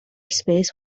space